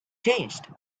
changed